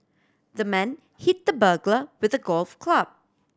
the man hit the burglar with a golf club